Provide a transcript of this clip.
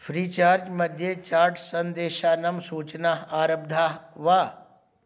free चार्ज्मध्ये chat सन्देशानां सूचनाः आरब्धाः वा